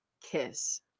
kiss